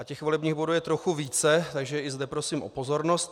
Těch volebních bodů je trochu více, takže i zde prosím o pozornost.